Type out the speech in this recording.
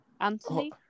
Anthony